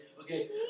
Okay